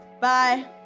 Bye